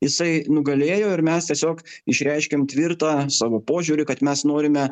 jisai nugalėjo ir mes tiesiog išreiškėm tvirtą savo požiūrį kad mes norime